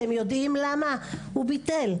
אתם יודעים למה הוא ביטל?